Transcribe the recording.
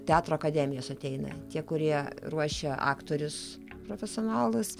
teatro akademijos ateina tie kurie ruošia aktorius profesionalus